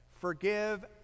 forgive